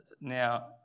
Now